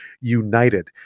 united